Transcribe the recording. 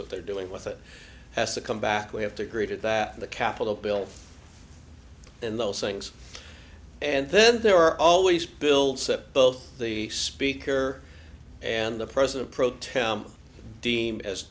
what they're doing with it has to come back we have to agree to that the capital bill and those things and then there are always billed sept both the speaker and the president pro tem deem as